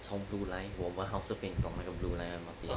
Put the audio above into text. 从 blue line 我们 house 那边你懂那个 blue line M_R_T